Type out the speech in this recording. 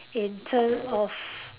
in term of